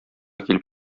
килеп